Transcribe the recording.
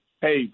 Hey